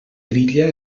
trilla